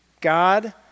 God